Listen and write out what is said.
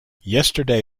yesterday